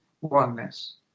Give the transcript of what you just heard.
oneness